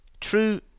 true